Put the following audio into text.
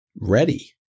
ready